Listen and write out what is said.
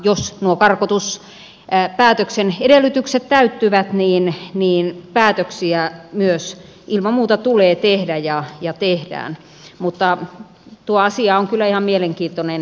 jos nuo karkotuspäätöksen edellytykset täyttyvät niin päätöksiä myös ilman muuta tulee tehdä ja tehdään mutta tuo asia on kyllä ihan mielenkiintoinen selvitettäväksi